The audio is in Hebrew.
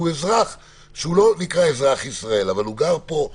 הוא לא אזרח ישראל אבל הוא גם פה,